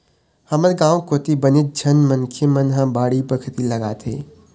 हमर गाँव कोती बनेच झन मनखे मन ह बाड़ी बखरी लगाथे